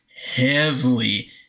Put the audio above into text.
heavily